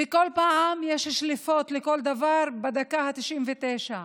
כל פעם יש שליפות לכל דבר בדקה ה-99.